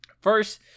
First